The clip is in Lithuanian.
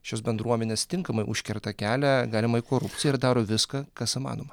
šios bendruomenės tinkamai užkerta kelią galimai korupcijai ir daro viską kas įmanoma